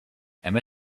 emma